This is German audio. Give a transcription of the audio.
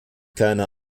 keine